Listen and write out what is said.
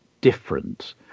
different